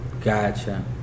Gotcha